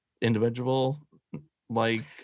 individual-like